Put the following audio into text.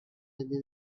didn’t